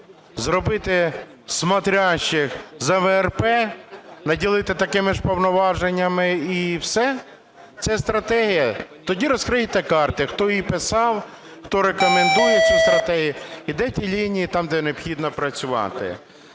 зробити смотрящих за ВРП, наділити такими ж повноваженнями, і все? Це стратегія? Тоді розкрийте карти, хто її писав, хто рекомендує цю стратегію, і де ті лінії, там, де необхідно працювати?